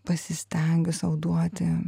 pasistengiu sau duoti